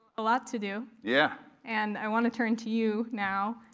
a lot to do. yeah. and i want to turn to you now,